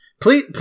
Please